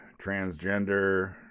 transgender